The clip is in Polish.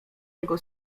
jego